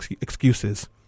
excuses